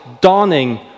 dawning